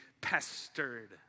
pestered